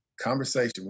conversation